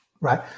right